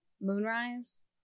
Moonrise